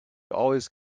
always